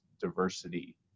diversity